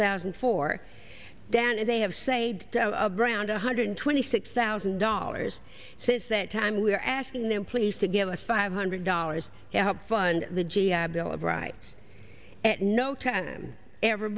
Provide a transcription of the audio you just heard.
thousand and four down and they have saved around one hundred twenty six thousand dollars since that time we are asking them please to give us five hundred dollars to help fund the g i bill of rights at no time ever